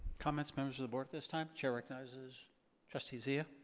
comments members of the board at this time? chair recognizes trustee zia.